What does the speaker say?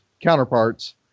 counterparts